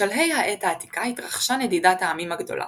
בשלהי העת העתיקה התרחשה נדידת העמים הגדולה.